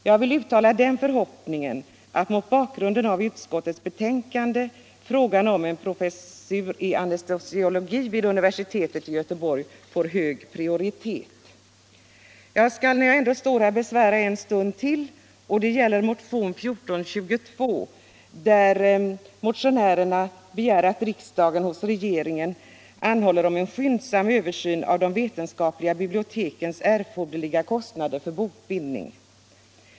Jag vill uttala den förhoppningen att mot bakgrunden av utskottets betänkande frågan om en professur i anestesiologi vid universitet i Göteborg får högsta prioritet. När jag ändå har ordet ämnar jag ta upp motionen 1422, vari begärs att riksdagen hos regeringen anhåller om skyndsam översyn av de vetenskapliga bibliotekens erforderliga kostnader för bokbindning.